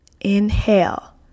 Inhale